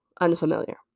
unfamiliar